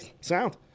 sound